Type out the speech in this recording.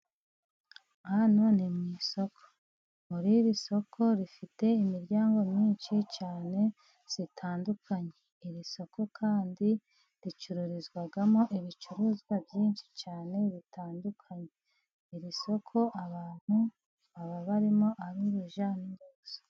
Hano ni mu isoko. Muri iri soko rifite imiryango myinshi cyane itandukanye. Iri soko kandi ricururizwamo ibicuruzwa byinshi cyane bitandukanye, iri soko abantu baba barimo urujya n'uruza.